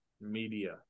Media